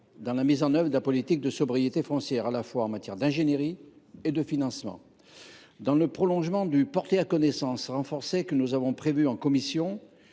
dans la mise en œuvre de la politique de sobriété foncière. Cela vaut à la fois pour l’ingénierie et le financement. Dans le prolongement du « porter à connaissance » renforcé que nous avons prévu en commission,